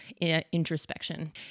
introspection